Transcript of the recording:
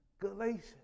Galatians